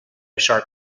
sharp